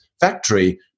factory